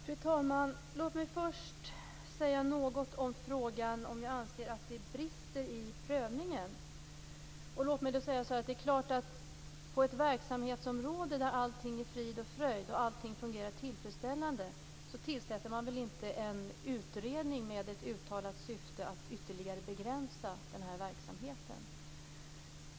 Fru talman! Låt mig först säga något i frågan om jag anser att det brister i prövningen. Det är klart att på ett verksamhetsområde där allting är frid och fröjd och allting fungerar tillfredsställande tillsätter man väl inte en utredning med ett uttalat syfte att ytterligare begränsa den här verksamheten.